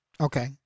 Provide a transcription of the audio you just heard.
Okay